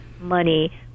money